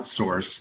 outsource